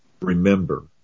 remember